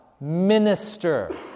minister